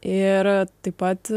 ir taip pat